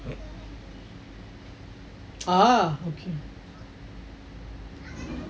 ah okay